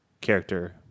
character